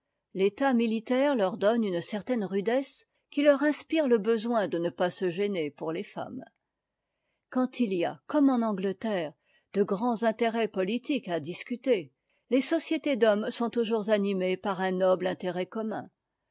l'état militaire leur donne une certaine rudesse qui leur inspire le besoin de ne pas se gêner pour les femmes quand il y a comme en angleterre de grands intérêts politiques à discuter les sociétés d'hommes sont toujours animées par un noble intérêt commun